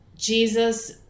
Jesus